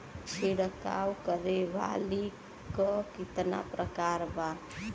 छिड़काव करे वाली क कितना प्रकार बा?